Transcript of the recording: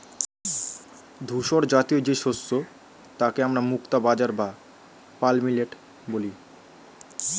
ধূসরজাতীয় যে শস্য তাকে আমরা মুক্তা বাজরা বা পার্ল মিলেট বলি